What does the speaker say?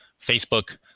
Facebook